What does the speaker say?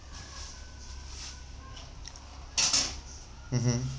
mmhmm